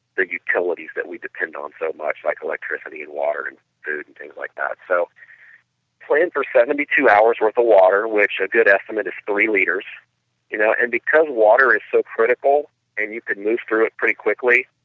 the utilities that we depend on so much like electricity and water and food and things like that. so plan for seventy two hours with a water which a good estimate is three liters you know and because water is so critical and you could move through it pretty quickly,